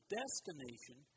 destination